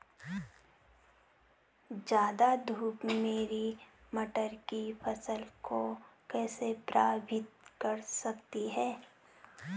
ज़्यादा धूप मेरी मटर की फसल को कैसे प्रभावित कर सकती है?